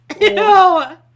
No